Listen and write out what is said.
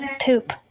poop